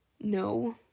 No